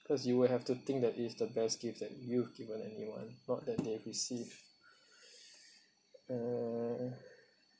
cause you will have to think that it's the best gifts that you've given anyone not that they received uh